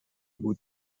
بود